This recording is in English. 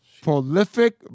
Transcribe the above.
prolific